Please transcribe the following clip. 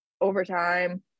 overtime